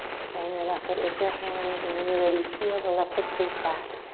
frame your left foot with your hands, and when you're ready, peel the left hip crease back.